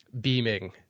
beaming